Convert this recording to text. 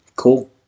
cool